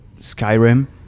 Skyrim